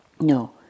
no